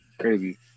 crazy